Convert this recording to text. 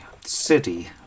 city